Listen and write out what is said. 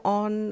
on